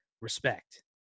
respect